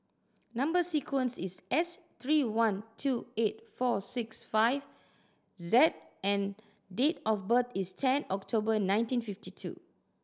number sequence is S three one two eight four six five Z and date of birth is ten October nineteen fifty two